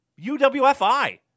UWFI